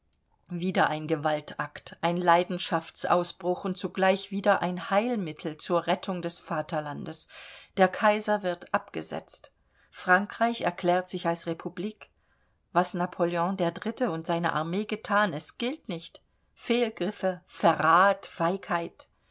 wieder ein gewaltakt ein leidenschaftsausbruch und zugleich wieder ein heilmittel zur rettung des vaterlandes der kaiser wird abgesetzt frankreich erklärt sich als republik was napoleon iii und seine armee gethan es gilt nicht fehlgriffe verrat feigheit